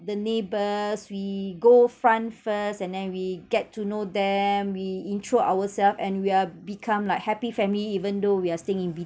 the neighbours we go front first and then we get to know them we intro ourself and we are become like happy family even though we are staying in